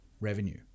revenue